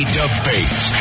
debate